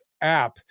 app